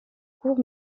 court